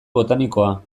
botanikoa